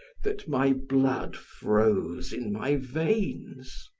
that my blood froze in my veins.